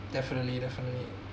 definitely definitely